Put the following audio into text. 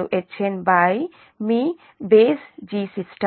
వాస్తవానికి అది Heq